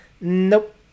Nope